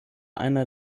einer